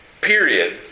period